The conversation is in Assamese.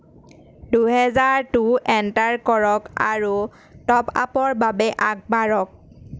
দুহেজাৰটো এণ্টাৰ কৰক আৰু টপ আপৰ বাবে আগবাঢ়ক